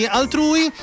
altrui